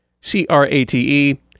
C-R-A-T-E